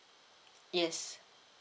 yes